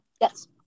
Yes